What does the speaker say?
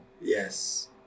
yes